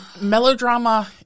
Melodrama